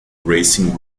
racing